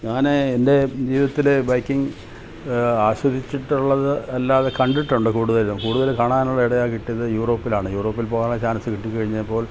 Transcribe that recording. ഞാൻ എൻ്റെ ജീവിതത്തിലെ ബൈക്കിങ് ആസ്വദിച്ചിട്ടുള്ളത് അല്ലാതെ കണ്ടിട്ടുണ്ട് കൂടുതലും കൂടുതലും കാണാനുള്ള ഇടയാക്കി കിട്ടിയത് യൂറോപ്പിലാണ് യൂറോപ്പിൽ പോവാനുള്ള ചാൻസ് കിട്ടി കഴിഞ്ഞപ്പോൾ